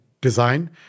design